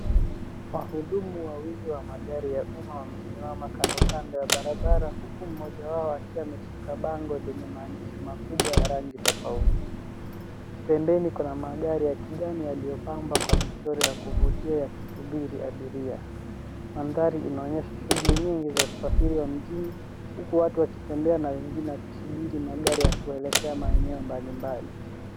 Wahudumu wawili wa magari ya umma wamesimama kando, kando ya barabara huku mmoja wao akiwa ameshika bango lenye maandishi makubwa ya rangi tofauti. Pembeni kuna magari ya kijani yaliyopambwa kwa michoro ya kuvutia yakisubiri abiria. Mandhari inaonyesha shughuli nyingi za usafiri wa mjini, huku watu wakitembea na wengine wakisubiri magari ya kuelekea maeneo mbalimbali.